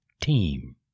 team